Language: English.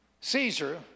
Caesar